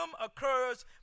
occurs